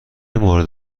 مورد